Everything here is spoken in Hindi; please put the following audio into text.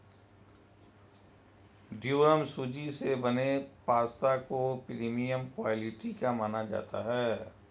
ड्यूरम सूजी से बने पास्ता को प्रीमियम क्वालिटी का माना जाता है